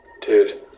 Dude